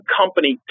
company